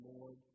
Lord